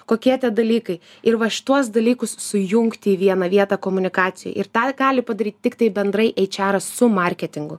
kokie tie dalykai ir va šituos dalykus sujungti į vieną vietą komunikacijoj ir tą gali padaryt tiktai bendrai aičeras su marketingu